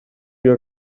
siga